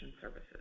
services